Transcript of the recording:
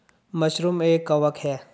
mushroom एक कवक है